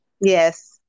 yes